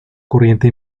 corriente